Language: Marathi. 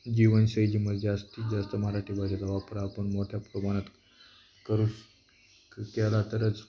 जीवनशैलीमध्ये जास्तीत जास्त मराठी भाषेचा वापर आपण मोठ्या प्रमाणात करू श केला तरच